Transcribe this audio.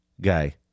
guy